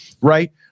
right